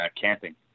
camping